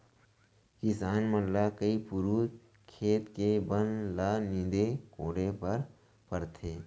किसान मन ल कई पुरूत खेत के बन ल नींदे कोड़े बर परथे